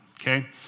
Okay